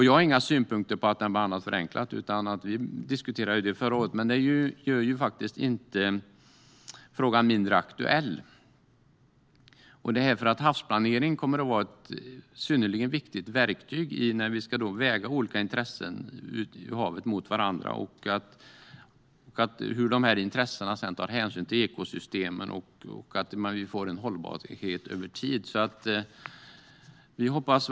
Jag har inga synpunkter på att det behandlas förenklat - vi diskuterade det förra året. Men det gör faktiskt inte frågan mindre aktuell. Havsplanering kommer att vara ett synnerligen viktigt verktyg när vi ska väga olika intressen i havet mot varandra. Det handlar om hur dessa intressen sedan tar hänsyn till ekosystemen och om att vi får en hållbarhet över tid.